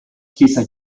chiesa